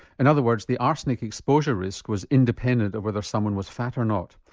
in other words the arsenic exposure risk was independent of whether someone was fat or not.